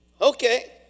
okay